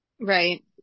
Right